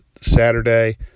Saturday